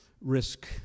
risk